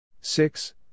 Six